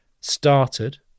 started